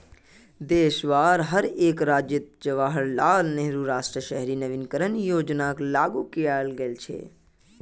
देशोंर हर एक राज्यअत जवाहरलाल नेहरू राष्ट्रीय शहरी नवीकरण योजनाक लागू कियाल गया छ